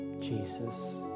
Jesus